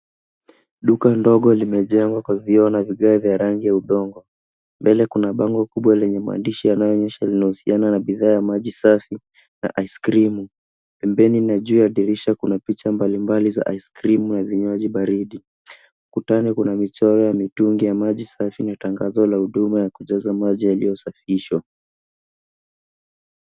Duka ndogo limejengwa kwa vioo na vigae vya rangi ya udongo. Mbele kuna bango kubwa lenye maandishi yanayoonyesha linahusiana na bidhaa ya maji safi na ice krimu. Pembeni na juu ya dirisha kuna picha mbalimbali za ice krimu na vinywaji baridi. Kutani kuna michoro ya mitungi ya maji safi na tangazo la huduma ya kujaza maji yaliyosafishwa.